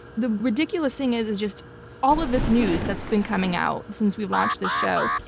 the ridiculous thing is is just all of this news that's been coming out since we've launched the show.